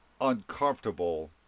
uncomfortable